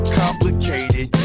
complicated